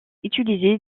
utilisée